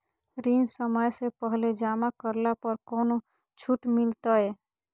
ऋण समय से पहले जमा करला पर कौनो छुट मिलतैय?